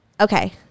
Okay